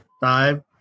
five